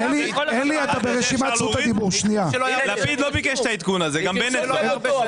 לפיד לא ביקש את העדכון הזה, גם בנט לא.